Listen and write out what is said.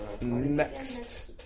Next